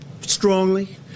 strongly